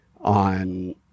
on